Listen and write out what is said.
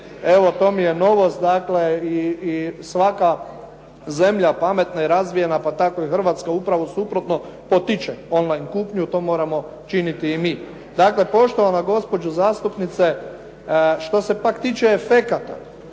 evo to mi je novost dakle, i sama zemlja pametna, razvijena pa tako i Hrvatska upravo suprotno potiče on line kupnju, to moramo činiti i mi. Dakle, poštovana gospođo zastupnice, što se pak tiče efekata,